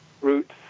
roots